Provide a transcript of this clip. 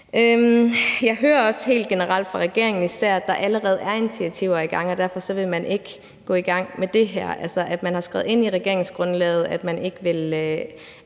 Jeg hører også helt generelt og især fra regeringen, at der allerede er initiativer i gang, og at man derfor ikke vil gå i gang med det her, altså at man har skrevet ind i regeringsgrundlaget, at de